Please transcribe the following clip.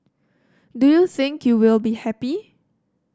do you think you will be happy